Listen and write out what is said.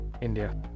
India